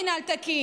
ללא המינהל התקין,